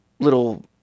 Little